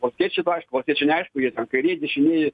valstiečių sąj valstiečiai neaišku jie ten kairieji dešinieji